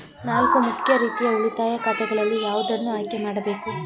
ನಾಲ್ಕು ಮುಖ್ಯ ರೀತಿಯ ಉಳಿತಾಯ ಖಾತೆಗಳಲ್ಲಿ ಯಾವುದನ್ನು ಆಯ್ಕೆ ಮಾಡಬೇಕು?